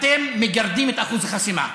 אתם מגרדים את אחוז החסימה.